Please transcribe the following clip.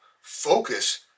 focus